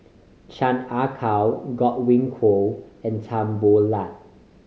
Chan Ah Kow Godwin Koay and Tan Boo Liat